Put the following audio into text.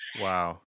Wow